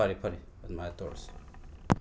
ꯐꯔꯦ ꯐꯔꯦ ꯑꯗꯨꯃꯥꯏ ꯇꯧꯔꯁꯤ